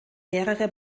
mehrere